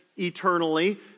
eternally